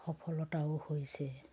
সফলতাও হৈছে